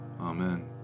Amen